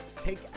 take